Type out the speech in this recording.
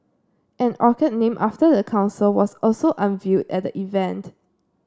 an orchid named after the council was also unveiled at the event